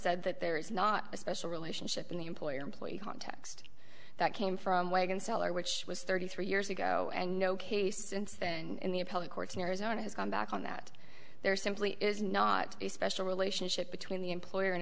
said that there is not a special relationship in the employer employee context that came from wagon seller which was thirty three years ago and no case since then and the appellate courts in arizona has gone back on that there simply is not a special relationship between the employer and